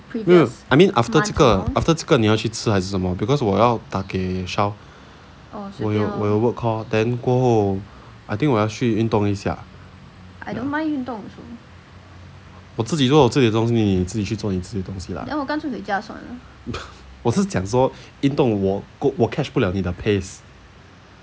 没有 I mean after 这个 after 这个你要去吃还是什么 because 我要打给 sean 我有我有 work call then 过后 I think 我要去运动一下我自己做我自己的东西你去做你自己的东西 lah 我是讲说运动我 catch 不了你的 pace